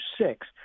six